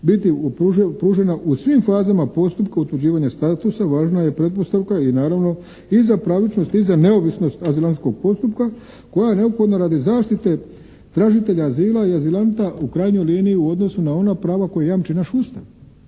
biti pružena u svim fazama postupka utvrđivanja statusa važna je pretpostavka i naravno i za pravičnost i za neovisnost azilantskog postupka koja je neophodna radi zaštite tražitelja azila i azilanta u krajnjoj liniji u odnosu na ona prava koja jamči naš Ustav,